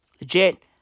Legit